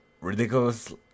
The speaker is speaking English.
ridiculous